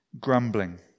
Grumbling